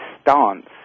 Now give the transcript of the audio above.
stance